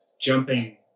Jumping